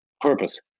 Purpose